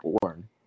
born